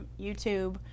YouTube